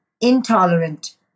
intolerant